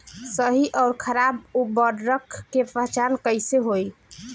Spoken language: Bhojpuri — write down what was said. सही अउर खराब उर्बरक के पहचान कैसे होई?